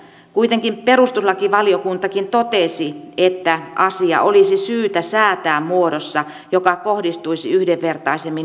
kuitenkin perustuslakivaliokuntakin totesi että asia olisi syytä säätää muodossa joka kohdistuisi yhdenvertaisemmin naisiin ja miehiin